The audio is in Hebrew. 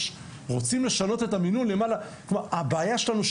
רוצים לשנות את המינון - הבעיה שלנו היא